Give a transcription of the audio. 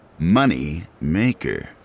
Moneymaker